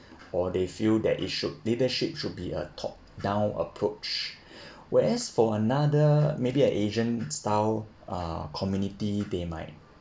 or they feel that it should leadership should be a top-down approach whereas for another maybe an asian style uh community they might